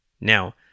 Now